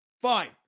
Fine